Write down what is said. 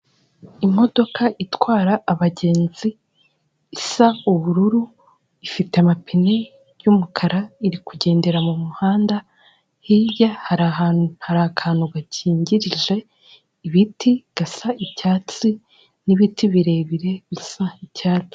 Imodoka itwara abagenzi isa ubururu, ifite amapine y'umukara, iri kugendera mu muhanda, hirya hari akantu gakingirije ibiti gasa icyatsi n'ibiti birebire bisa icyatsi.